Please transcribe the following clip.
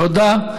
תודה.